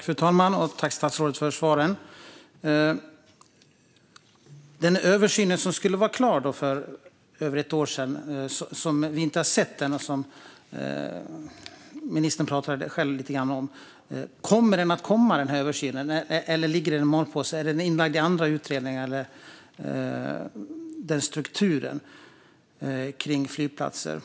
Fru talman! Jag tackar statsrådet för svaret. Kommer den översyn som skulle vara klar för över ett år sedan men som vi inte har sett än att komma, eller ligger den i malpåse? Är den inlagd i andra utredningar?